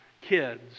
kids